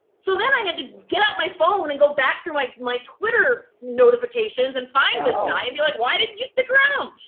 so then i had to get out my phone and go back through my my twitter notifications and find this guy and be like why didn't you stick around?